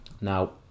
Now